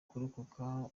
kurokoka